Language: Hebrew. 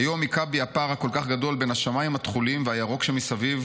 היום היכה בי הפער הכל-כך גדול בין השמים התכולים והירוק שמסביב